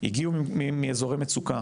הגיעו מאזורי מצוקה,